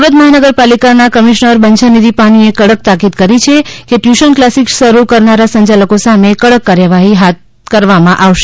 સુરત મહાનગરપાલિકા કમિશનર બંછાનિધિ પાનીએ કડક તાકીદ કરી છે કે ટ્યુશન ક્લાસિસ શરૂ કરનારા સંચાલકો સામે કડક કાર્યવાહી થશે